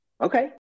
Okay